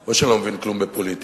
או שאני לא מבין כלום בפוליטיקה,